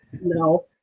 no